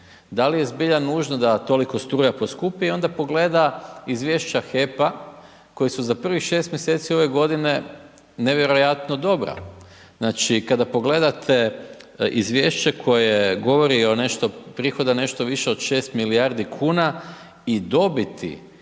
da li je zbilja nužno da toliko struja poskupi i onda pogleda izvješća HEP-a koji su za prvih 6 mjeseci ove godine nevjerojatno dobra. Znači kada pogledate izvješće koje govori o nešto prihoda nešto više od 6 milijardi kuna i dobiti